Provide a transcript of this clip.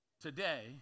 Today